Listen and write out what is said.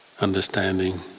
understanding